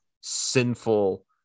sinful